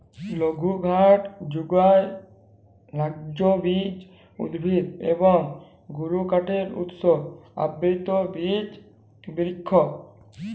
লঘুকাঠ যুগায় লগ্লবীজ উদ্ভিদ এবং গুরুকাঠের উৎস আবৃত বিচ বিরিক্ষ